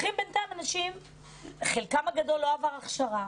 לוקחים אנשים שחלקם הגדול לא עבר הכשרה,